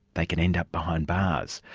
they can end up behind bars.